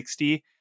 60